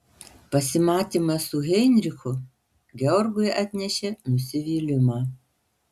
pasimatymas su heinrichu georgui atnešė nusivylimą